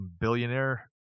billionaire